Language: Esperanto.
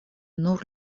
nur